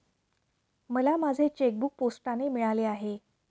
मला माझे चेकबूक पोस्टाने मिळाले आहे